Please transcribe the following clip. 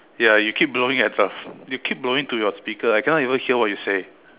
ya you keep blowing at the you keep blowing to your speaker I cannot even hear what you say